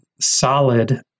solid